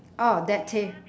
oh that tab~